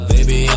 Baby